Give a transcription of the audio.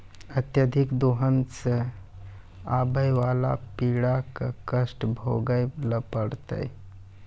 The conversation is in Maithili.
अत्यधिक दोहन सें आबय वाला पीढ़ी क कष्ट भोगै ल पड़तै